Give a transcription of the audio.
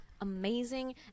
amazing